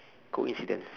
coincidence